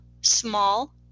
small